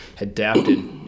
adapted